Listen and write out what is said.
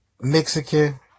Mexican